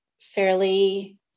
fairly